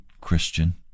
Christian